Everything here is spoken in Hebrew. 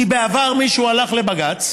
כי בעבר מישהו הלך לבג"ץ